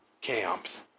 camps